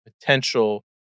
potential